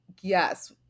Yes